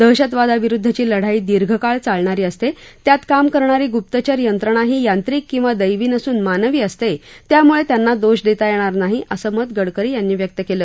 दहशतवादाविरुद्धची लढाई दीर्घकाळ चालणारी असते त्यात काम करणारी गुप्तचर यंत्रणाही यांत्रिक किंवा दैवी नसून मानवी असते त्यामुळे दोष देता येणार नाही असं मत गडकरी यांनी व्यक्त केलं